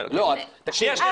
שנייה,